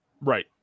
right